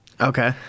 Okay